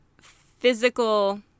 physical